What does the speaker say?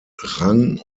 rang